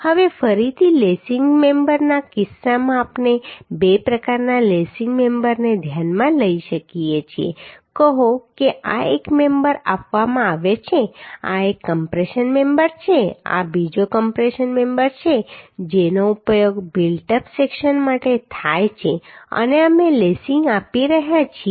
હવે ફરીથી લેસિંગ મેમ્બરના કિસ્સામાં આપણે બે પ્રકારના લેસિંગ મેમ્બરને ધ્યાનમાં લઈ શકીએ છીએ કહો કે આ એક મેમ્બર આપવામાં આવ્યો છે આ એક કમ્પ્રેશન મેમ્બર છે આ બીજો કમ્પ્રેશન મેમ્બર છે જેનો ઉપયોગ બિલ્ટ અપ સેક્શન માટે થાય છે અને અમે લેસિંગ આપી રહ્યા છીએ